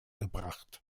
gebracht